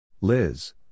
Liz